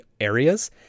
areas